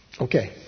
Okay